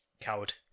Coward